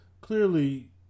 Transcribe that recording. Clearly